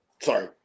Sorry